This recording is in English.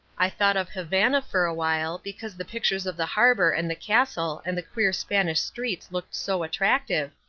i thought of havana for a while, because the pictures of the harbour and the castle and the queer spanish streets looked so attractive,